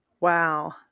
Wow